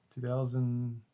2000